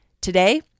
Today